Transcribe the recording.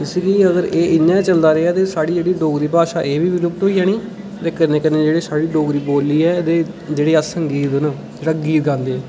इस लेई अगर इ'यां गै चलदा रेहा ते साढ़ी डोगरी भाशा ऐ बी लुप्त होई जानी ते कन्नै जेह्ड़ी साढ़ी डोगरी बोल्ली ऐ ते कन्नै गीत न जेह्ड़े गीत गादे